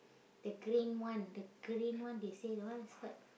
the green one the green one they say the one is like